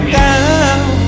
down